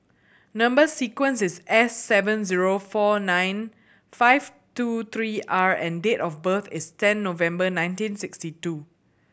number sequence is S seven zero four nine five two three R and date of birth is ten November nineteen sixty two